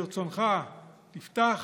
ברצונך תפתח,